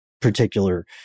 particular